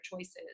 choices